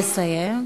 נא לסיים.